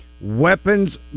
weapons